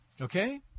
Okay